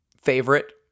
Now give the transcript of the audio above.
favorite